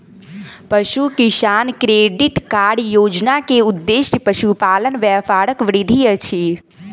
पशु किसान credit card योजना के उद्देश्य पशुपालन व्यापारक वृद्धि अछि